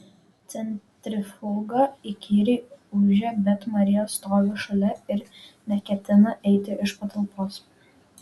centrifuga įkyriai ūžia bet marija stovi šalia ir neketina eiti iš patalpos